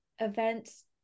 events